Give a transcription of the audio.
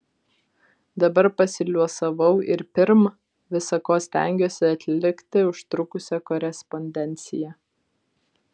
dabar pasiliuosavau ir pirm visa ko stengiuosi atlikti užtrukusią korespondenciją